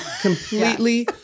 completely